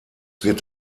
wird